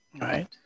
right